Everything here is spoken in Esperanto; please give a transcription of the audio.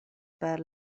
per